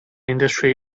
industry